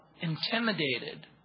intimidated